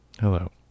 Hello